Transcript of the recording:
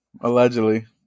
Allegedly